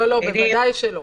לא לא, בוודאי שלא.